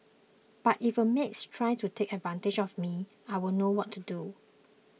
but if a maid tries to take advantage of me I'll know what to do